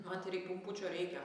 man tai reik pumpučio reikia